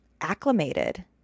acclimated